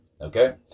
okay